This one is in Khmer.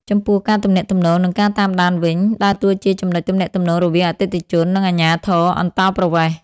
ចំពោះ ការទំនាក់ទំនង និងការតាមដានវិញ ដើរតួជាចំណុចទំនាក់ទំនងរវាងអតិថិជន និងអាជ្ញាធរអន្តោប្រវេសន៍។